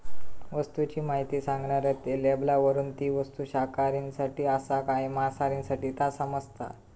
वस्तूची म्हायती सांगणाऱ्या लेबलावरून ती वस्तू शाकाहारींसाठी आसा काय मांसाहारींसाठी ता समाजता